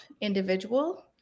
individual